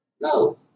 No